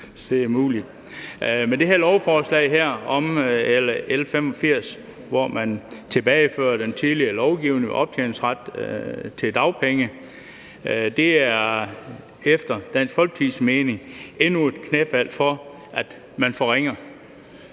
Det her lovforslag, L 85, hvor man tilbagefører den tidligere lovgivning om optjeningsret til dagpenge, er efter Dansk Folkepartis mening endnu et knæfald, i forhold til at man forringer